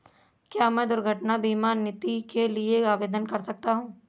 क्या मैं दुर्घटना बीमा नीति के लिए आवेदन कर सकता हूँ?